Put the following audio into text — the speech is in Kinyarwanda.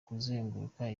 kuzenguruka